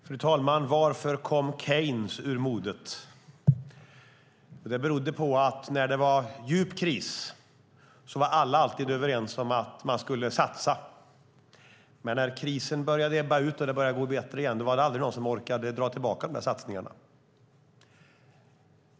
Fru talman! Varför kom Keynes ur modet? Det berodde på att när det var djup kris var alla alltid överens om att man skulle satsa, men när krisen började ebba ut och det började gå bättre igen var det aldrig någon som orkade dra tillbaka satsningarna.